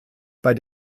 bei